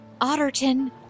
Otterton